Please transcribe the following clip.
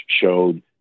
showed